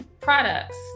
products